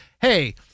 hey –